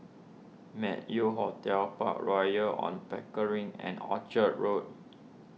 Meng Yew Hotel Park Royal on Pickering and Orchard Road